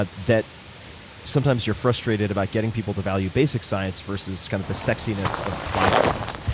that sometimes you're frustrated about getting people to value basic science versus kind of the sexiness of applied science.